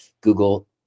Google